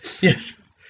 Yes